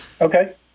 Okay